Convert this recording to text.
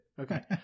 Okay